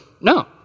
no